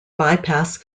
bypass